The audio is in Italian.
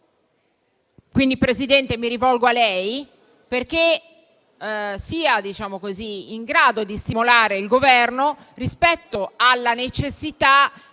Italia. Presidente, mi rivolgo a lei, affinché sia in grado di stimolare il Governo rispetto alla necessità